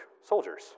soldiers